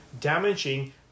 damaging